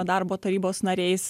darbo tarybos nariais